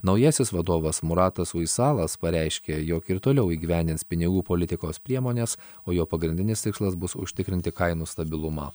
naujasis vadovas muratas uisalas pareiškė jog ir toliau įgyvendins pinigų politikos priemones o jo pagrindinis tikslas bus užtikrinti kainų stabilumą